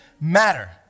matter